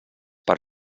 per